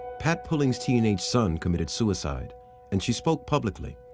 pat pulling's teenage son committed suicide and she spoke publicly,